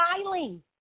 smiling